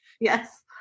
yes